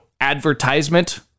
advertisement